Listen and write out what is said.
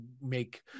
make